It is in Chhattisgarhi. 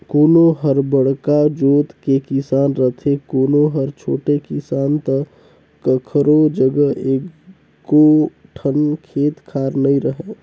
कोनो हर बड़का जोत के किसान रथे, कोनो हर छोटे किसान त कखरो जघा एको ठन खेत खार नइ रहय